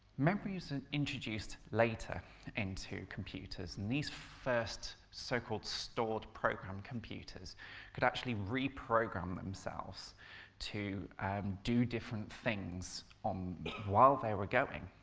memory was and introduced later into computers, and these first so-called stored programme computers could actually reprogram themselves to do different things um while they were going.